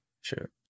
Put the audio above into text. Sure